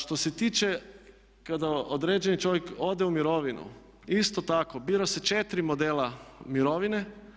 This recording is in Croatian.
Što se tiče kada određeni čovjek ode u mirovinu isto tako bira se 4 modela mirovine.